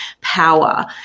power